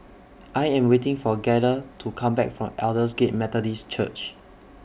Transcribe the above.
I Am waiting For Gaither to Come Back from Aldersgate Methodist Church